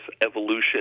evolution